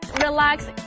relax